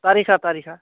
थारिखआ थारिखआ